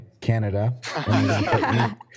Canada